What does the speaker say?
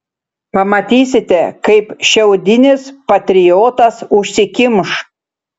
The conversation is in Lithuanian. pamatysite kaip šiaudinis patriotas užsikimš